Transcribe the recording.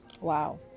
Wow